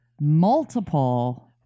multiple